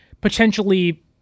potentially